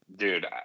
Dude